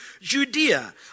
Judea